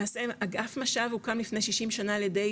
למעשה אגף מש"ב הוקם לפני 60 שנה על ידי